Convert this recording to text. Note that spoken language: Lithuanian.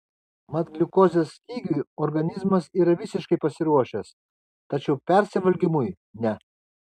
mat gliukozės stygiui organizmas yra visiškai pasiruošęs tačiau persivalgymui ne